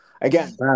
Again